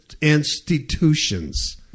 institutions